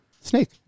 Snake